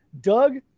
Doug